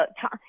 time